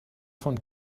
von